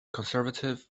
conservative